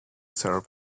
syrup